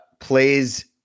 plays